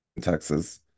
texas